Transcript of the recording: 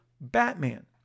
Batman